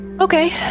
Okay